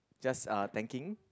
just uh thanking